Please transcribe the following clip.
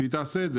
שהיא תעשה את זה.